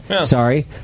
Sorry